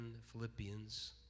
Philippians